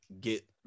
get